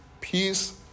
peace